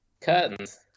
Curtains